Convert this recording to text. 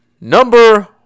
number